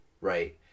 right